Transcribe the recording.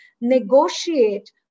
negotiate